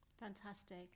fantastic